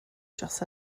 dros